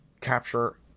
capture